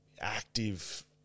active